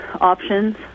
options